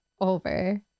over